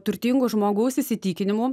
turtingu žmogaus įsitikinimu